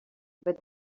but